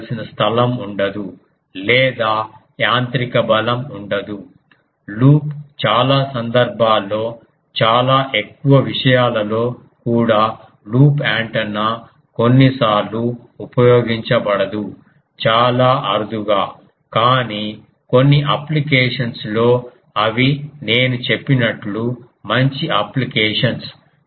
కావలసిన స్థలం ఉండదు లేదా యాంత్రిక బలం ఉండదు లూప్ చాలా సందర్భాల్లో చాలా ఎక్కువ విషయాలలో కూడా లూప్ యాంటెన్నా కొన్నిసార్లు ఉపయోగించబడదు చాలా అరుదుగా కానీ కొన్ని అప్లికేషన్స్ లో అవి నేను చెప్పినట్లు మంచి అప్లికేషన్స్